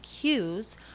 cues